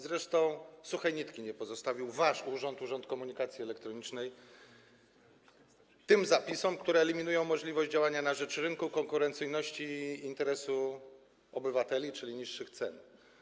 Zresztą suchej nitki nie pozostawił wasz urząd, Urząd Komunikacji Elektronicznej, na tych zapisach, które eliminują możliwość działania na rzecz rynku, konkurencyjności i interesu obywateli, czyli niższych cen.